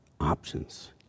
options